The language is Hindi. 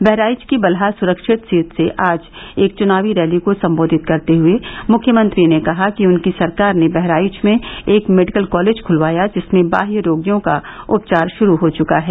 बहराइच की बलहा सुरक्षित सीट से आज एक चुनावी रैली को संगेधित करते हुए मुख्यमंत्री ने कहा कि उनकी सरकार ने बहराइच में एक मेडिकल कालेज खुलवाया जिसमें बाह्य रोगियों का उपचार शुरू हो चुका है